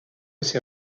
ces